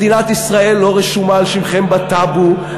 מדינת ישראל לא רשומה על שמכם בטאבו,